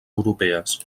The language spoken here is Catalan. europees